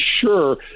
sure